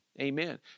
Amen